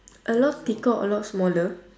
a lot thicker a lot smaller